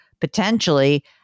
potentially